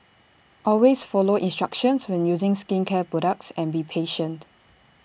always follow instructions when using skincare products and be patient